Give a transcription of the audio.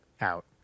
out